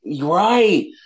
right